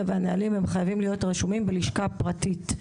והנהלים הם חייבים להיות רשומים בלשכה פרטית.